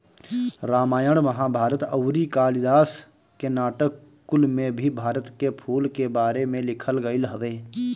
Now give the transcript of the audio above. रामायण महाभारत अउरी कालिदास के नाटक कुल में भी भारत के फूल के बारे में लिखल गईल हवे